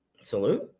Salute